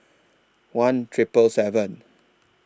one Triple seven